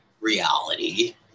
reality